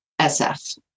SF